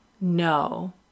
No